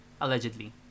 allegedly